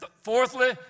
fourthly